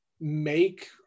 make